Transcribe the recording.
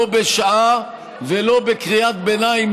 לא בשעה ולא בקריאת ביניים,